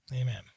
Amen